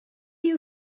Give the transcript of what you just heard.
you